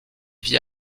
vit